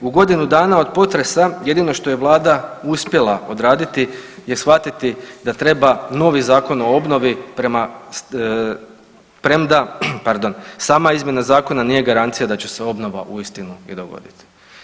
U godinu dana od potresa jedino što je vlada uspjela odraditi je shvatiti da treba novi Zakon o obnovi premda sama izmjena zakona nije garancija da će se obnova uistinu i dogoditi.